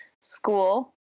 school